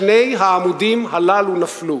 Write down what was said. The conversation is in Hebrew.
שני העמודים הללו נפלו.